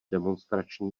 demonstrační